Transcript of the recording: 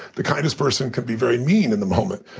the kindest person can be very mean in the moment.